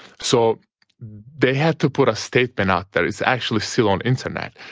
so they had to put a statement out there, it's actually still on internet.